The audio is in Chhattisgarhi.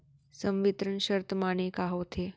संवितरण शर्त माने का होथे?